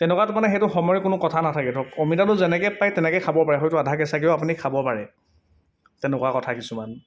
তেনেকুৱাত মানে সেইটো সময়ৰ কোনো কথা নাথাকে ধৰক অমিতাটো যেনেকৈ পাৰি তেনেকৈ খাব পাৰে হয়টো আধা কেঁচাকৈও আপুনি খাব পাৰে তেনেকুৱা কথা কিছুমান